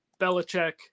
Belichick